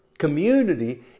Community